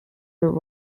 were